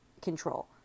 control